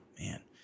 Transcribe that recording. man